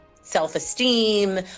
self-esteem